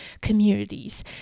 communities